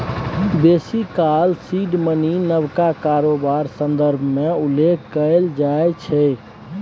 बेसी काल seed money नबका कारोबार संदर्भ मे उल्लेख कएल जाइ छै